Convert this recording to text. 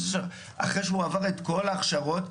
יכנס אחרי שעבר את כל ההכשרות,